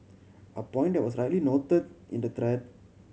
a point that was rightly noted in the thread